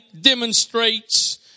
demonstrates